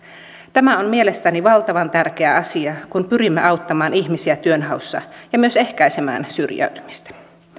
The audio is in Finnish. tämä on mielestäni valtavan tärkeä asia kun pyrimme auttamaan ihmisiä työnhaussa ja myös ehkäisemään syrjäytymistä